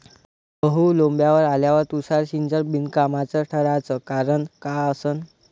गहू लोम्बावर आल्यावर तुषार सिंचन बिनकामाचं ठराचं कारन का असन?